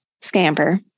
Scamper